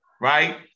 right